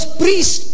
priest